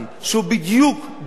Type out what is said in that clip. שהוא בדיוק דומה,